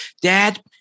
dad